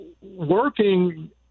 working –